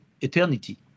eternity